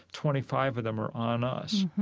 twenty five of them are on us